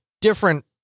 different